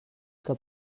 que